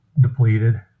depleted